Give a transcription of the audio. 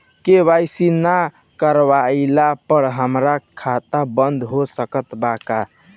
KYC ना करवाइला पर हमार खाता बंद हो सकत बा का?